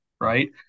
right